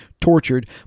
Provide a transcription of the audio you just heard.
tortured